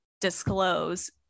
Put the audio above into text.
disclose